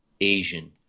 Asian